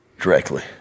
Directly